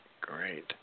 Great